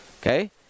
Okay